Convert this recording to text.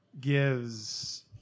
Gives